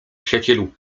przyjacielu